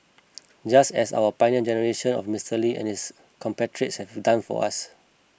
just as our Pioneer Generation of Mister Lee and his compatriots have done for us